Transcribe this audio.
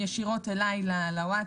כולל פניות ישירות אליי לווטסאפ,